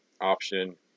option